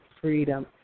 freedom